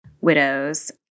widows